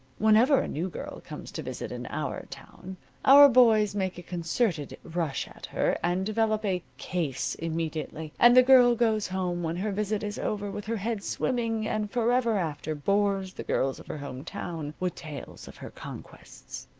whenever a new girl comes to visit in our town our boys make a concerted rush at her, and develop a case immediately, and the girl goes home when her visit is over with her head swimming, and forever after bores the girls of her home town with tales of her conquests.